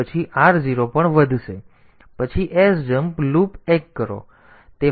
પછી sjmp loop એક કરો તેથી તે અહીં પાછું આવશે